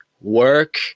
work